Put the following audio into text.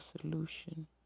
solution